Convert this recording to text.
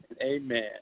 amen